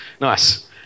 Nice